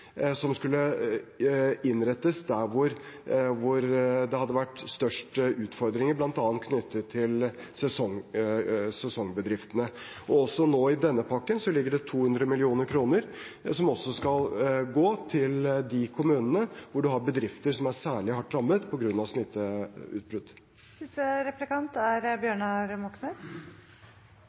som skulle innrettes der det hadde vært størst utfordringer, bl.a. knyttet til sesongbedriftene. Og nå i denne pakken ligger det 200 mill. kr som skal gå til de kommunene der det er bedrifter som er særlig hardt rammet på grunn av smitteutbrudd. Fra november begynner folk som er